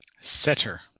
Setter